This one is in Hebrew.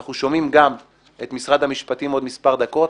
אנחנו שומעים גם את משרד המשפטים בעוד מספר דקות,